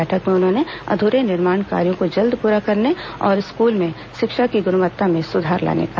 बैठक में उन्होंने अध्रे निर्माण कार्यों को जल्द पूरा करने और स्कूलों में शिक्षा की गुणवत्ता में सुधार लाने कहा